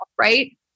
right